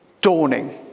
dawning